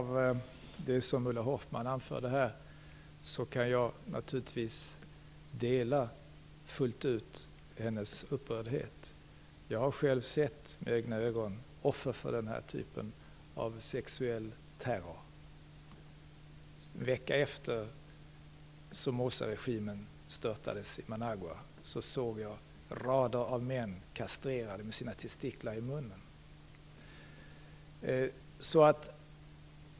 Fru talman! Jag kan naturligtvis fullt ut dela Ulla Hoffmanns upprördhet över det som hon här relaterade. Jag har själv med egna ögon sett offer för den här typen av sexuell terror. En vecka efter det att Somozaregimen störtats i Managua såg jag rader av män, kastrerade med sina testiklar i munnen.